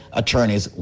attorneys